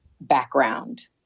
background